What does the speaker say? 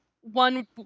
one